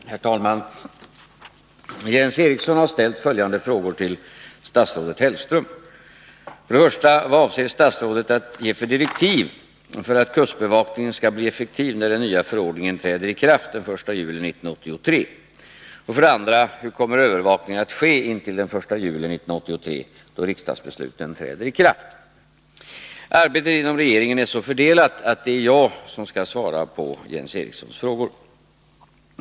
Herr talman! Jens Eriksson har ställt följande frågor till statsrådet Hellström. 1. Vad avser statsrådet att ge för direktiv för att kustbevakningen skall bli effektiv när den nya förordningen träder i kraft den 1 juli 1983? 2. Hur kommer övervakningen att ske intill den 1 juli 1983 då riksdagsbesluten träder i kraft? Arbetet inom regeringen är så fördelat att det är jag som skall svara på Jens Erikssons frågor.